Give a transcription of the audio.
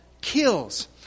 kills